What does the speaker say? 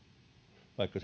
vaikka